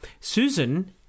Susan